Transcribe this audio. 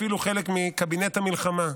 ואפילו חלק מקבינט המלחמה,